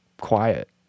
quiet